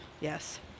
Yes